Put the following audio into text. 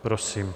Prosím.